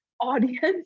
audience